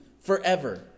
forever